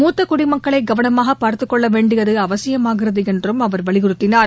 மூத்த குடிமக்களை கவனமாக பார்த்துக் கொள்ள வேண்டியது அவசியமாகிறது என்றும் அவர் வலியுறுத்தினார்